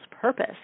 purpose